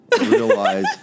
realize